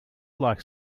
like